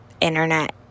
internet